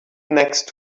next